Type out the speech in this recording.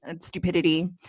stupidity